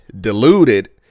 deluded